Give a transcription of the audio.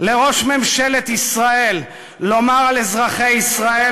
לראש ממשלת ישראל לומר על אזרחי ישראל,